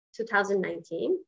2019